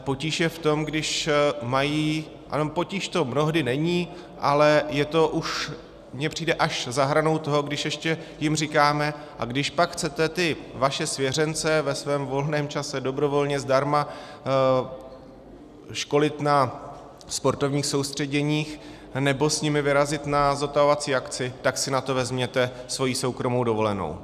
Potíž je v tom, když mají nebo potíž to mnohdy není, ale je to už mně přijde až za hranou toho, když ještě jim říkáme: když pak chcete vaše svěřence ve svém volném čase dobrovolně zdarma školit na sportovních soustředěních nebo s nimi vyrazit na zotavovací akci, tak si na to vezměte svoji soukromou dovolenou.